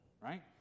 right